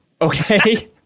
okay